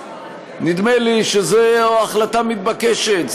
נדמה לי שזו החלטה מתבקשת.